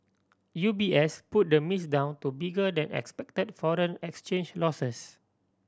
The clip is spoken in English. U B S put the miss down to bigger than expected foreign exchange losses